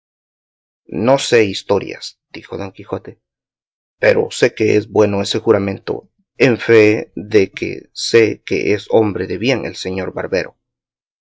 no sé historias dijo don quijote pero sé que es bueno ese juramento en fee de que sé que es hombre de bien el señor barbero